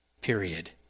period